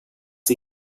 wir